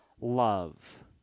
love